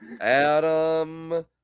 adam